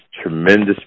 tremendous